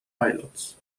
pilots